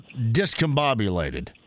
discombobulated